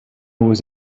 was